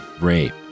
rape